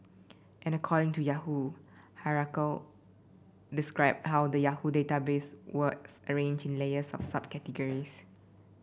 and according to Yahoo hierarchical described how the Yahoo database was arranged in layers of subcategories